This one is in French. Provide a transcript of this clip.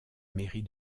mairie